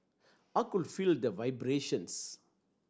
I could feel the vibrations